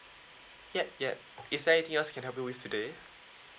yup yup is there anything else I can help you with today